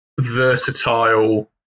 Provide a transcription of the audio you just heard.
versatile